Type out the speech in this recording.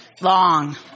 long